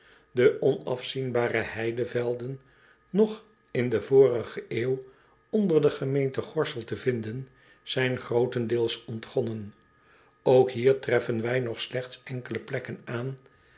de onafzienbare heidevelden nog in de vorige eeuw onder de gemeente gorssel te vinden zijn grootendeels ontgonnen ook hier treffen wij nog slechts enkele plekken aan